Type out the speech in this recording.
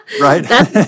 Right